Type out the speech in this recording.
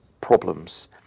problems